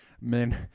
man